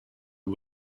and